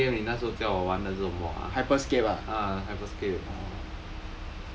这个 game 你那时候叫我玩的是什么啊 ah hyper scape